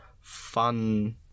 fun